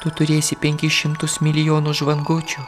tu turėsi penkis šimtus milijonų žvangučių